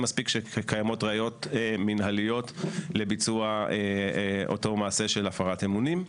מספיק שקיימות ראיות מנהליות לביצוע אותו מעשה של הפרת אמונים.